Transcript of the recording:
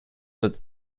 with